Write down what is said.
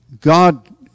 God